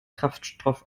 kraftstoff